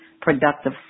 productive